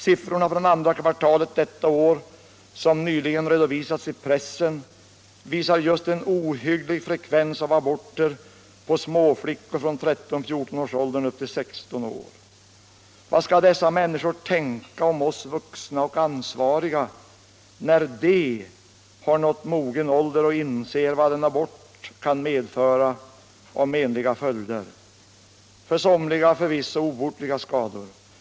Siffrorna från andra kvartalet detta år, som nyligen har redovisats i pressen, visar en ohygglig frekvens av aborter hos småflickor från 13 år upp till 16 år. Vad skall dessa människor tänka om oss vuxna och ansvariga när de har nått mogen ålder och inser vad en abort kan medföra av menliga följder — för somliga förvisso obotliga skador.